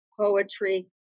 poetry